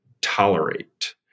tolerate